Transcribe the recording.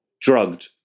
drugged